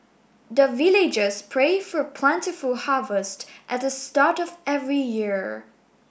the villagers pray for plentiful harvest at the start of every year